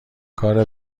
کار